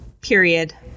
period